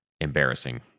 embarrassing